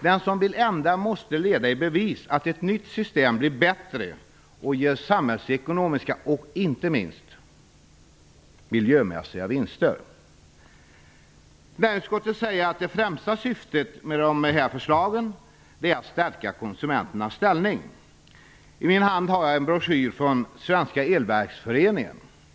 Den som vill ändra systemet måste leda i bevis att ett nytt system blir bättre och ger samhällsekonomiska och inte minst miljömässiga vinster. Näringsutskottet säger att det främsta syftet med dessa förslag är att stärka konsumenternas ställning. I min hand har jag en broschyr från Svenska Elverksföreningen.